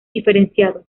diferenciados